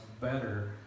better